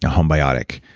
homebiotic,